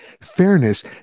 fairness